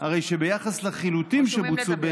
הרי שביחס לחילוטים שבוצעו,